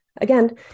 again